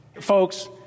Folks